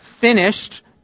finished